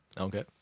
Okay